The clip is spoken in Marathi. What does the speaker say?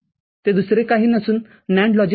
ते दुसरे काही नसून NAND लॉजिकआहे